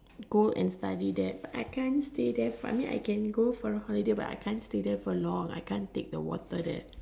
go and study there but I can't stay there for I mean I can got there for a holiday but I can't stay there for long I can't take the water there